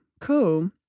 Cool